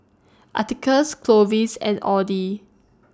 Atticus Clovis and Audy